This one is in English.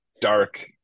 dark